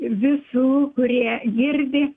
visų kurie girdi